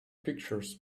pictures